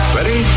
Ready